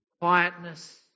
quietness